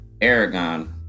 Aragon